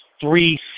three